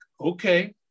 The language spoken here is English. Okay